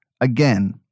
Again